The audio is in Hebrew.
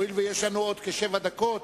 הואיל ויש לנו כשבע דקות,